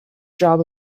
job